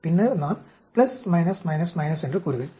பின்னர் நான் என்று கூறுவேன்